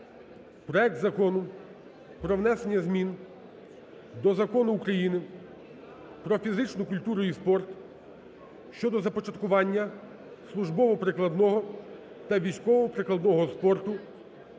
проект Закону про внесення змін до Закону України "Про фізичну культуру і спорт" щодо започаткування службово-прикладного та військово-прикладного спорту